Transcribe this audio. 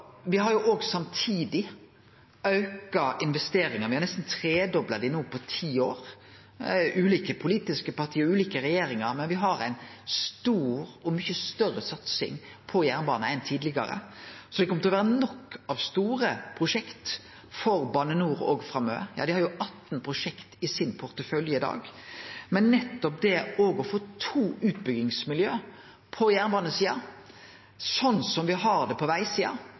har samtidig auka investeringane, me har nesten tredobla dei no på ti år. Det har vore ulike politiske parti og ulike regjeringar, men me har ei mykje større satsing på jernbane no enn tidlegare. Så det kjem til å vere nok av store prosjekt for Bane NOR òg framover. Dei har18 prosjekt i sin portefølje i dag. Men nettopp det å få to utbyggingsmiljø på jernbanesida, slik som me har på vegsida,